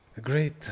Great